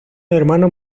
hermano